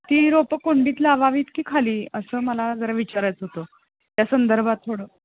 ती रोपं कुंडीत लावावीत की खाली असं मला जरा विचारायचं होतं त्या संदर्भात थोडं